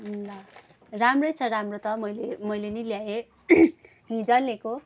ल राम्रै छ राम्रो त मैले मैले नि ल्याएँ हिजो ल्याएको